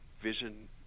vision